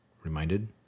Reminded